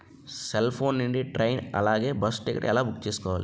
Cell phone నుండి train అలాగే bus ticket ఎలా బుక్ చేసుకోవాలి?